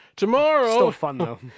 Tomorrow